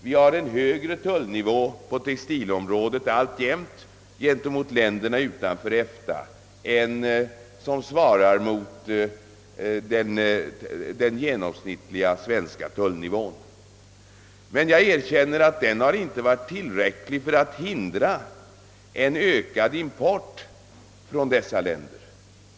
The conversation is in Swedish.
Vi har alltjämt en högre tullnivå på textilområdet gentemot länderna utanför EFTA än som svarar mot den genomsnittliga svenska tullnivån. Men jag erkänner att den inte har varit tillräcklig för att hindra en ökad import från dessa länder.